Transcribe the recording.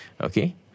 Okay